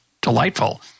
delightful